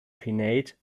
pinnate